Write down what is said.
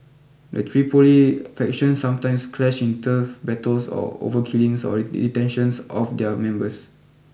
the Tripoli factions sometimes clash in turf battles or over killings or the detentions of their members